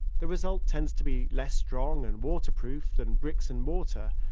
the result tends to be less strong and waterproof than bricks and mortar,